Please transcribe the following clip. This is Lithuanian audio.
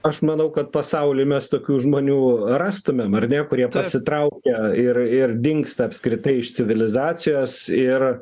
aš manau kad pasauly mes tokių žmonių rastumėm ar ne kurie pasitraukia ir ir dingsta apskritai iš civilizacijos ir